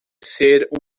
ser